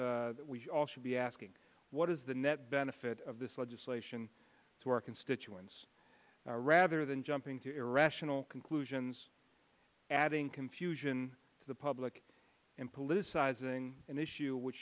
questions that we all should be asking what is the net benefit of this legislation to our constituents rather than jumping to irrational conclusions adding confusion to the public and politicizing an issue which